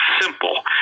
Simple